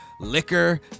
liquor